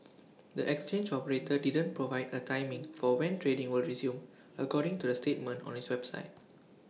the exchange operator didn't provide A timing for when trading will resume according to the statement on its website